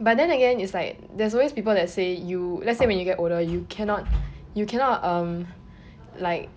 but then again is like there is always people that say you let say when you get older you cannot you cannot um like